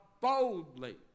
boldly